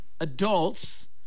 adults